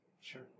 sure